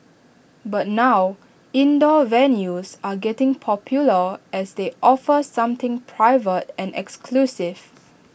but now indoor venues are getting popular as they offer something private and exclusive